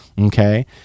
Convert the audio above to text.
okay